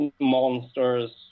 monsters